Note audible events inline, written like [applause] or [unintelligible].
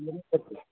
[unintelligible]